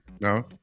no